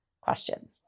question